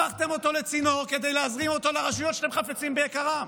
הפכתם אותו לצינור כדי להזרים לרשויות שאתם חפצים ביקרן.